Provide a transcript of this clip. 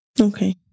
Okay